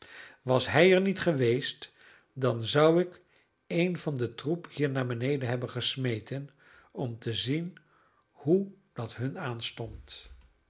was hij er niet geweest dan zou ik een van den troep hier naar hebben gesmeten om te zien hoe dat hun aanstond